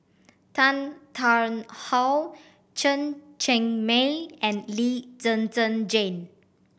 Tan Tarn How Chen Cheng Mei and Lee Zhen Zhen Jane